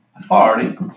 authority